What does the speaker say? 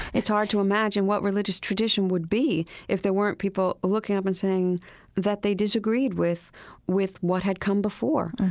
it's hard to imagine what religious tradition would be if there weren't people looking up and saying that they disagreed with with what had come before.